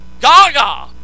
Gaga